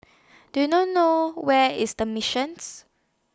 Do YOU know know Where IS The Mission's